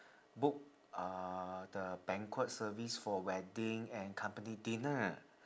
book uh the banquet service for wedding and company dinner